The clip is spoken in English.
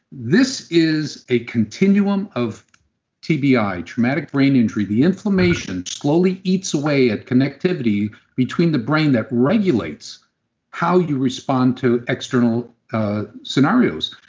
this is a continuum of tbi, traumatic brain injury. the inflammation slowly eats away a connectivity between the brain that regulates how you respond to external scenarios.